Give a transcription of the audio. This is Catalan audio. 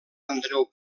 andreu